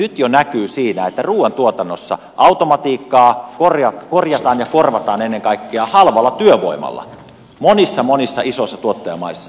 nyt jo näkyy että ruuantuotannossa automatiikkaa korjataan ja korvataan ennen kaikkea halvalla työvoimalla monissa monissa isoissa tuottajamaissa